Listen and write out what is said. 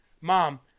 Mom